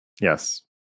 yes